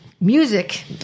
music